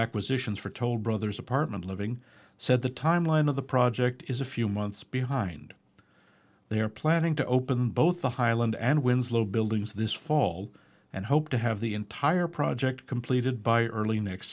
acquisitions for toll brothers apartment living said the time line of the project is a few months behind they are planning to open both the highland and winslow buildings this fall and hope to have the entire project completed by early next